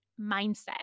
mindset